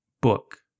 book